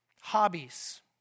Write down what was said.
Hobbies